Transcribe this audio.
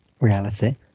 reality